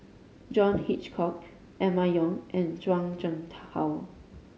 John Hitchcock Emma Yong and Zhuang Shengtao